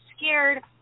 scared